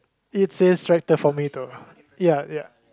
it says tractor for me too ya ya